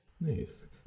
Nice